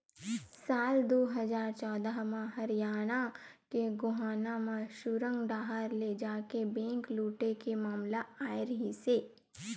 साल दू हजार चौदह म हरियाना के गोहाना म सुरंग डाहर ले जाके बेंक लूटे के मामला आए रिहिस हे